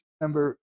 Number